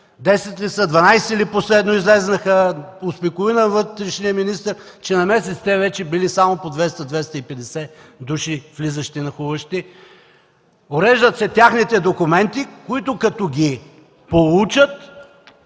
са, дванадесет ли последно излязоха. Успокои ме вътрешният министър, че на месец те вече били само по 200-250 души, влизащи, нахлуващи. Уреждат се техните документи, които, като ги получат,